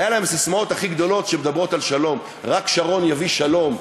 היו להם הססמאות הכי גדולות שמדברות על שלום: "רק שרון יביא שלום",